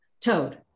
Toad